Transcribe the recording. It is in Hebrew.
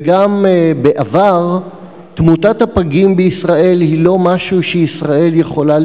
וגם בעבר תמותת הפגים בישראל היא לא משהו שישראל יכולה